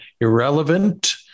irrelevant